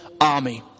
army